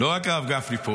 לא רק הרב גפני פה.